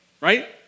right